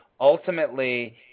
ultimately